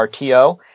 RTO